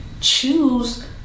choose